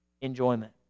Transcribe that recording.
enjoyment